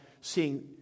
seeing